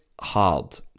hard